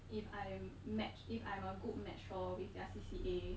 if I am match if I'm a good match lor with their C_C_A